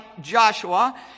Joshua